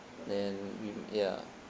then mm ya